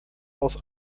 aus